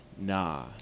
nah